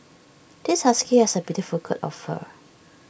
this husky has A beautiful coat of fur